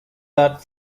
that